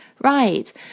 right